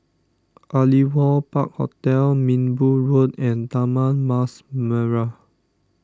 Aliwal Park Hotel Minbu Road and Taman Mas Merah